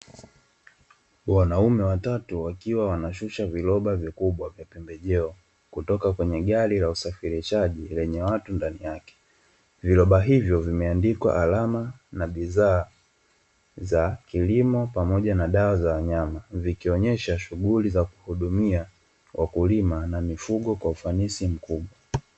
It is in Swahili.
Wanaume watatu wakiwa wanashusha viroba vikubwa vya pembejeo, kutoka kwenye gari la usafirishaji lenye watu ndani yake. Viroba hivyo vimeandikwa alama na bidhaa za kilimo pamoja na dawa za wanyama, vikionyesha shughuli za kuhudumia wakulima na mifugo kwa ufanisi mkubwa.